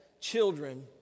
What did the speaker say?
children